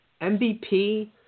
MVP